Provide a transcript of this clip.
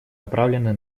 направлены